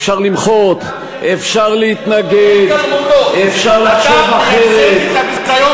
אפשר למחות, גם אתה מייצג את הביזיון